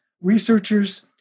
researchers